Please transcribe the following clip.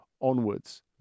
onwards